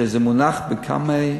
שזה מונח בכל מיני